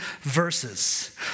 verses